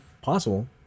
Possible